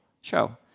Show